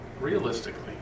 Realistically